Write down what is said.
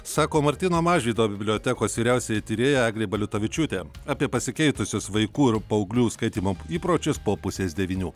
sako martyno mažvydo bibliotekos vyriausioji tyrėja eglė baliutavičiūtė apie pasikeitusius vaikų ir paauglių skaitymo įpročius po pusės devynių